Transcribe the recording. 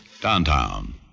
Downtown